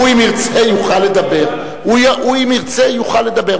הוא, אם ירצה, יוכל לדבר.